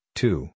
two